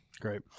great